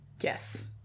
yes